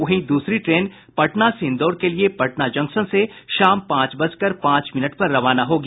वहीं दूसरी ट्रेन पटना से इंदौर के लिये पटना जंक्शन से शाम पांच बजकर पांच मिनट पर रवाना होगी